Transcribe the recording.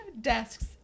desks